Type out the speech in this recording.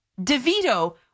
DeVito